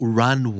run